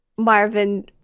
Marvin